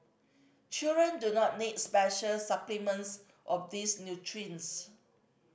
children do not need special supplements of these nutrients